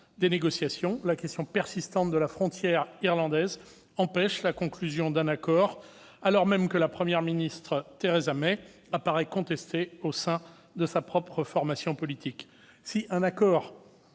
des négociations. La question persistante de la frontière irlandaise empêche la conclusion d'un accord, alors même que la Première ministre, Theresa May, apparaît contestée au sein de sa propre formation politique. Un accord